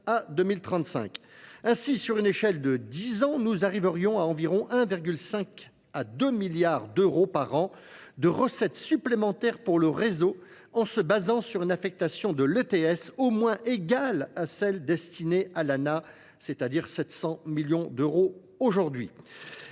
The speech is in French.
Ainsi, sur une échelle de 10 ans, nous arriverions à environ 1,5 à 2 milliards d'euros par an, de recettes supplémentaires pour le réseau en se basant sur une affectation de l'ETS au moins égale à celle destinée à l'ANA, c'est-à-dire 700 millions d'euros aujourd'hui.